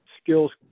skills